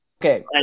Okay